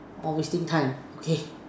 orh wasting time okay